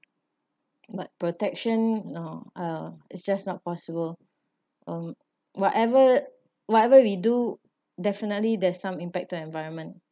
but protection now uh it's just not possible um whatever whatever we do definitely there's some impact to environment